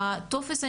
הטופס,